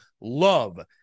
love